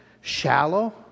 shallow